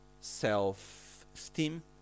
self-esteem